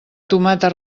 tomata